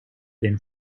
been